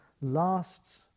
lasts